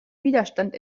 widerstand